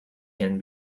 can